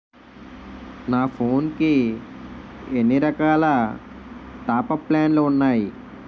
నా ఫోన్ కి ఎన్ని రకాల టాప్ అప్ ప్లాన్లు ఉన్నాయి?